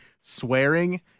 swearing